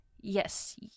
yes